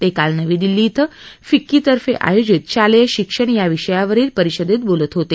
ते काल नवी दिल्ली इथं फिक्की तफें आयोजित शालेय शिक्षण या विषयावरील परिषदेत बोलत होते